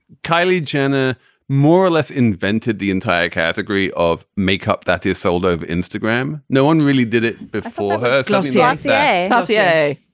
kylie jenner more or less invented the entire category of makeup that is sold over instagram no one really did it before her class yesterday. yay,